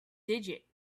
digit